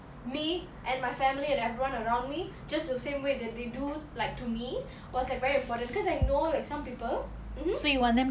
me and my family and everyone around me just the same way that they do like to me was like very important cause like you know like some people mmhmm